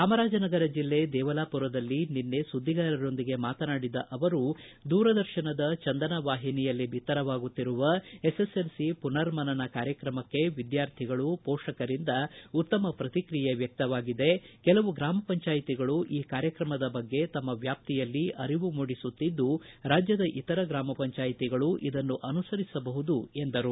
ಚಾಮರಾಜನಗರ ಜಿಲ್ಲೆ ದೇವಲಾಪುರದಲ್ಲಿ ನಿನ್ನೆ ಸುದ್ದಿಗಾರರೊಂದಿಗೆ ಮಾತನಾಡಿದ ಅವರು ದೂರದರ್ಶನದ ಚಂದನ ವಾಹಿನಿಯಲ್ಲಿ ಬಿತ್ತರವಾಗುತ್ತಿರುವ ಎಸ್ಎಸ್ಎಲ್ಸಿ ಪುನರ್ಮನನ ಕಾರ್ಯಕ್ರಮಕ್ಕೆ ವಿದ್ಯಾರ್ಥಿಗಳು ಪೋಷಕರಿಂದ ಉತ್ತಮ ಪ್ರಕ್ರಿಯೆ ವ್ಯಕ್ತವಾಗಿದೆ ಕೆಲವು ಗ್ರಾಮಪಂಚಾಯಿತಿಗಳು ಈ ಕಾರ್ಯಕ್ರಮದ ಬಗ್ಗೆ ತಮ್ಮ ವ್ಯಾಪ್ತಿಯಲ್ಲಿ ಅರಿವು ಮೂಡಿಸುತ್ತಿದ್ದು ರಾಜ್ಯದ ಇತರ ಗ್ರಾಮಪಂಚಾಯಿತಿಗಳೂ ಇದನ್ನು ಅನುಸರಿಸಬಹುದು ಎಂದರು